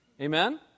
Amen